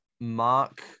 mark